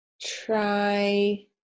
try